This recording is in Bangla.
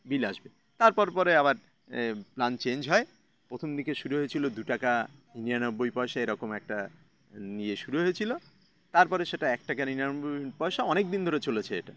বিল আসবে তারপর পরে আবার প্ল্যান চেঞ্জ হয় প্রথম দিকে শুরু হয়েছিলো দু টাকা নিরানব্বই পয়সা এরকম একটা নিয়ে শুরু হয়েছিলো তারপরে সেটা এক টাকা নিরানব্বই পয়সা অনেক দিন ধরে চলেছে এটা